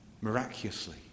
Miraculously